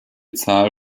zahl